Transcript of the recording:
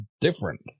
different